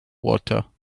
water